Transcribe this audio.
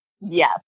Yes